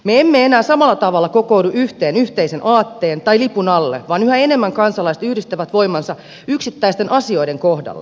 me emme enää samalla tavalla kokoudu yhteen yhteisen aatteen tai lipun alle vaan yhä enemmän kansalaiset yhdistävät voimansa yksittäisten asioiden kohdalla